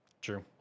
true